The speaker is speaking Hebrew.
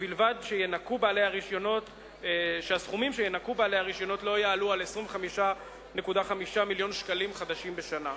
ובלבד שהסכומים שינכו בעלי הרשיונות לא יעלו על 25.5 מיליון ש"ח בשנה.